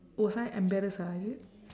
was I embarrass ah is it